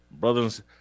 brothers